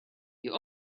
you